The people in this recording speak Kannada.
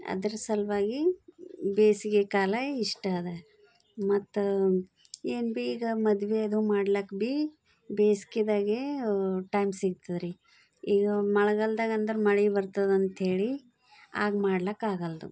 ಅದ್ರ ಸಲುವಾಗಿ ಬೇಸಿಗೆ ಕಾಲ ಇಷ್ಟ ಅದ ಮತ್ತು ಏನು ಬಿ ಈಗ ಮದುವೆ ಅದು ಮಾಡ್ಲಾಕ ಬಿ ಬೇಸ್ಗೆದಾಗೇ ಟೈಮ್ ಸಿಗ್ತದ್ರಿ ಈಗ ಮಳೆಗಾಲ್ದಾಗ್ ಅಂದ್ರೆ ಮಳೆ ಬರ್ತದೆ ಅಂತೇಳಿ ಆಗ ಮಾಡ್ಲಾಕಾಗಲ್ದು